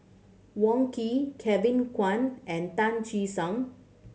Wong Keen Kevin Kwan and Tan Che Sang